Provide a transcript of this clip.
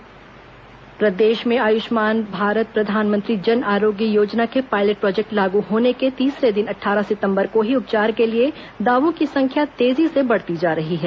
आयुष्मान भारत योजना प्रदेश में आयुष्मान भारत प्रधानमंत्री जन आरोग्य योजना के पायलट प्रोजेक्ट लागू होने की तीसरे दिन अट्ठारह सितंबर को ही उपचार के लिए दावों की संख्या तेजी से बढ़ती जा रही है